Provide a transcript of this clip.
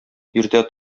иртә